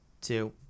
two